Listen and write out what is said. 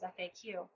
FAQ